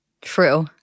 True